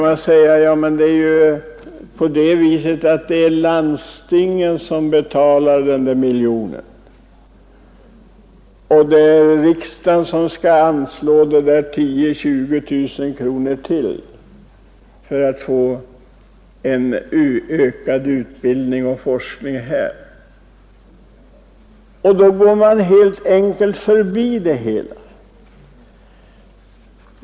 Man säger att det är landstingen som betalar den där miljonen, medan det är riksdagen som skall anslå de 10 000-20 000 kronor som behövs för att få en ökad utbildning och forskning, och så går man helt enkelt förbi det hela.